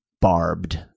barbed